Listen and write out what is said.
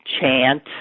chant